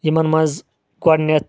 یِمن منٛز گۄڈٕنٮ۪تھ